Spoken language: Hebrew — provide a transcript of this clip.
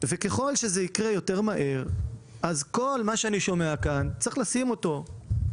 את כל מה שאני שומע כאן צריך לשים בצד